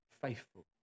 faithful